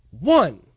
one